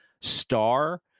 star